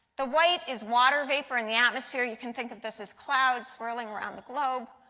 the white is water vapor in the atmosphere. you can think of this as clouds swirling around the globe.